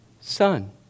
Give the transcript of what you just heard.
son